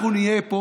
אנחנו נהיה פה